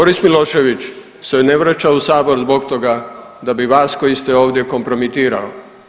Boris Milošević se ne vraća u Sabor zbog toga da bi vas koji ste ovdje, kompromitirao.